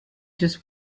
just